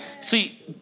See